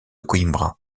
coimbra